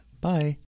Bye